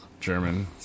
German